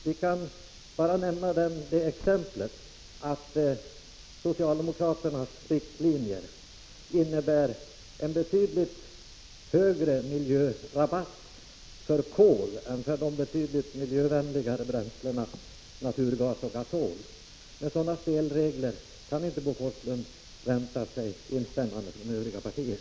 Jag kan bara ta det exemplet, att socialdemokraternas riktlinjer innebär en betydligt högre miljörabatt för kol än för de miljövänligare bränslena naturgas och gasol. Med sådana spelregler kan Bo Forslund inte vänta sig instämmanden från övriga partier.